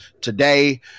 today